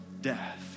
death